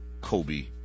Kobe